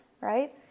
right